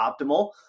optimal